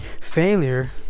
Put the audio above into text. Failure